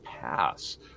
pass